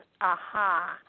aha